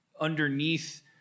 underneath